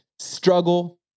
Struggle